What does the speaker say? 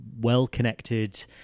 well-connected